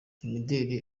imideli